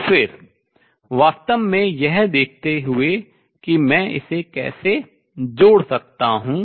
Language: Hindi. और फिर वास्तव में यह देखते हुए कि मैं इसे कैसे जोड़ सकता हूँ